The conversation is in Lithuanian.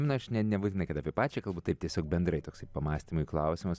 na aš ne nebūtinai kad apie pačią kalbu taip tiesiog bendrai toksai pamąstymui klausimas